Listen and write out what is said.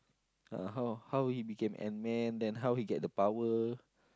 uh how how he became ant man then how he get the power